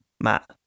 Matt